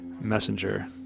messenger